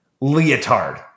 leotard